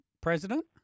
president